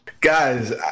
Guys